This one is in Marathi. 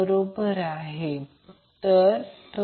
जर आपण फक्त सोपे केले तर ते 1 0